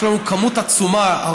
יש לנו כמות עצומה,